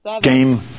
Game